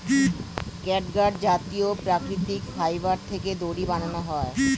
catgut জাতীয় প্রাকৃতিক fibre থেকে দড়ি বানানো হয়